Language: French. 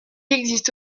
existe